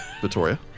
Vittoria